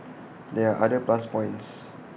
there are other plus points